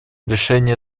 решение